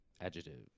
adjective